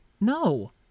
No